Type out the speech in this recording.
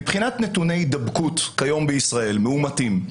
מבחינת נתוני הידבקות כיום בישראל, מאומתים,